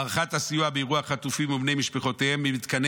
הארכת הסיוע באירוע החטופים ובני משפחותיהם במתקני